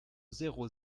zéro